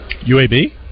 UAB